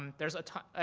um there's a ton,